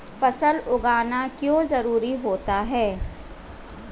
फसल उगाना क्यों जरूरी होता है?